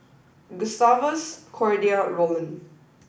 Gustavus Cordia and Rollin